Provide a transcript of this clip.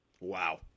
Wow